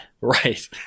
Right